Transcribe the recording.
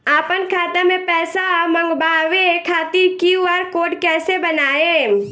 आपन खाता मे पैसा मँगबावे खातिर क्यू.आर कोड कैसे बनाएम?